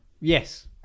yes